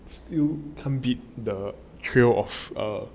still can't beat the thrill of err